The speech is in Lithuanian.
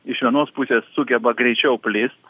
iš vienos pusės sugeba greičiau plist